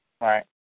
Right